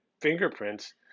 fingerprints